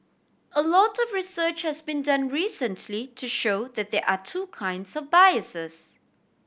a lot of research has been done recently to show that there are two kinds of biases